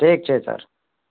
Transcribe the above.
ठीक छै सर